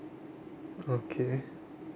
okay